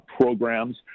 programs